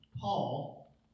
Paul